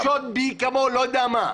-- אל תחשוד בי כמו לא יודע מה.